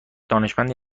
دانشمندی